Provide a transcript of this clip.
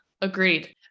agreed